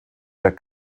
der